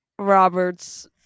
Roberts